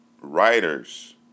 Writers